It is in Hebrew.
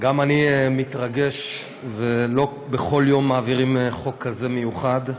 גם אני מתרגש, לא בכל יום מעבירים חוק כזה מיוחד.